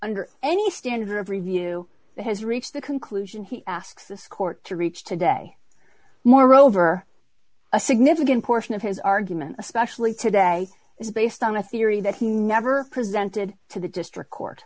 under any standard of review that has reached the conclusion he asks this court to reach today moreover a significant portion of his argument especially today is based on a theory that he never presented to the district court